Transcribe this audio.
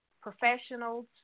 professionals